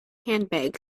handbag